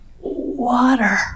Water